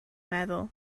meddwl